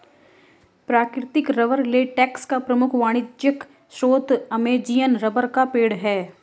प्राकृतिक rubber latex का प्रमुख वाणिज्यिक स्रोत अमेज़ॅनियन रबर का पेड़ है